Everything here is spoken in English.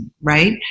right